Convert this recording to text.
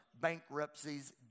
Bankruptcies